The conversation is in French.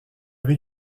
avez